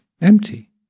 empty